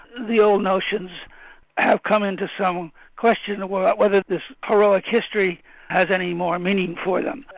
the old notions have come into some question about whether this heroic history has any more meaning for them.